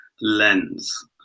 lens